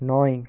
নয়